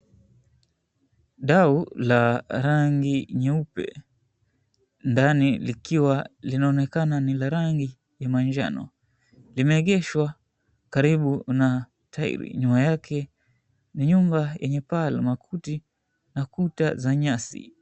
Dau la rangi nyeupe, ndani likiwa 𝑙𝑖𝑛𝑎𝑜𝑛𝑒𝑘𝑎𝑛𝑎 ni la rangi ya manjano. Limeegeshwa karibu na tairi, nyuma yake ni nyumba yenye paa la makuti, na kuta za nyasi.